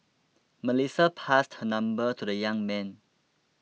Melissa passed her number to the young man